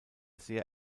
sehr